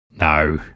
No